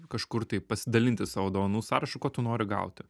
kažkur tai pasidalinti savo dovanų sąrašu ko tu nori gauti